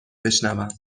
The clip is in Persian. بشنوم